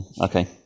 Okay